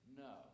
no